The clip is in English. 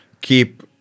Keep